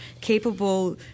capable